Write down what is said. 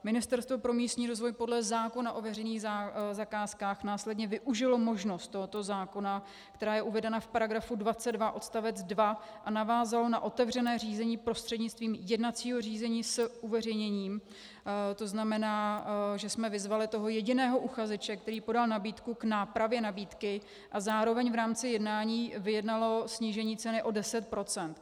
Ministerstvo pro místní rozvoj podle zákona o veřejných zakázkách následně využilo možnost tohoto zákona, která je uvedena v § 22 odst. 2, a navázalo na otevřené řízení prostřednictvím jednacího řízení s uveřejněním, tzn. že jsme vyzvali toho jediného uchazeče, který podal nabídku, k nápravě nabídky, a zároveň v rámci jednání vyjednalo snížení ceny o 10 %.